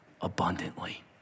abundantly